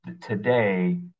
today